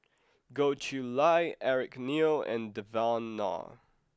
Goh Chiew Lye Eric Neo and Devan Nair